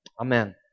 Amen